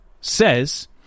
says